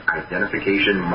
identification